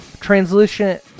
translucent